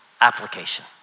application